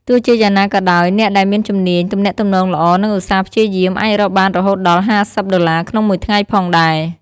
ទោះជាយ៉ាងណាក៏ដោយ អ្នកដែលមានជំនាញទំនាក់ទំនងល្អ និងឧស្សាហ៍ព្យាយាម អាចរកបានរហូតដល់ ៥០ ដុល្លារក្នុងមួយថ្ងៃផងដែរ។